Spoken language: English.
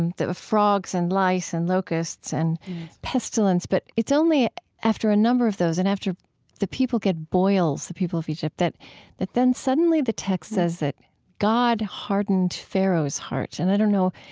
the frogs and lice and locusts and pestilence, but it's only after a number of those and after the people get boils, the people of egypt, that that then suddenly the text says that god hardened pharaoh's heart, and i don't know,